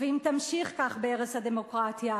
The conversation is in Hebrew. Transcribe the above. ואם תמשיך כך בהרס הדמוקרטיה,